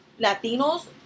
latinos